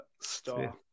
star